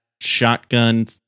shotgun